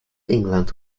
england